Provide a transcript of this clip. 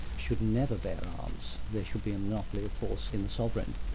should never bear arms. there should be a monopoly of force in the sovereign,